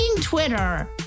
Twitter